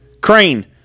crane